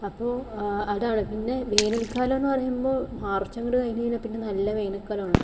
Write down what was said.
അപ്പോൾ അതാണ് പിന്നെ വേനൽകാലമെന്ന് പറയുമ്പോൾ മാർച്ച് അങ്ങോട്ട് കഴിഞ്ഞ് കഴിഞ്ഞാൽ പിന്നെ നല്ല വേനൽ കാലമാണ്